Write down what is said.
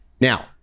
Now